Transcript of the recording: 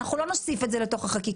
אנחנו לא נוסיף את זה לתוך החקיקה.